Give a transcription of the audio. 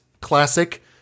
Classic